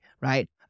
right